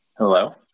Hello